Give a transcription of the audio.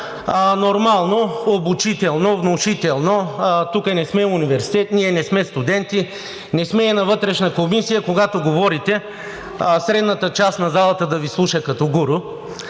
нормално, обучително, внушително. Тук не сме университет, не сме студенти, не сме на Вътрешна комисия, когато говорите, средната част на залата да Ви слуша като гуру.